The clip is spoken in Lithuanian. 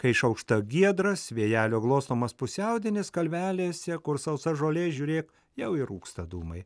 kai išaušta giedras vėjelio glostomas pusiaudienis kalvelėse kur sausa žolė žiūrėk jau ir rūksta dūmai